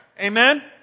Amen